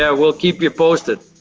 yeah we'll keep you posted.